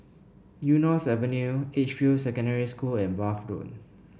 Eunos Avenue Edgefield Secondary School and Bath Road